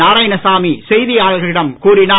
நாராயணசாமி செய்தியாளர்களிடம் கூறினார்